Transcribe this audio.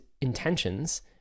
intentions